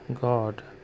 God